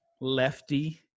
lefty